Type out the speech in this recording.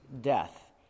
death